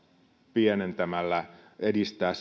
pienentämällä edistää